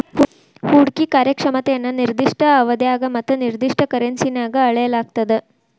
ಹೂಡ್ಕಿ ಕಾರ್ಯಕ್ಷಮತೆಯನ್ನ ನಿರ್ದಿಷ್ಟ ಅವಧ್ಯಾಗ ಮತ್ತ ನಿರ್ದಿಷ್ಟ ಕರೆನ್ಸಿನ್ಯಾಗ್ ಅಳೆಯಲಾಗ್ತದ